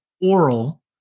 oral